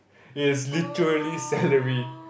it's literally salary